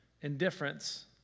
indifference